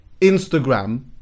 Instagram